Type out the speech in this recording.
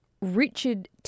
Richard